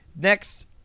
next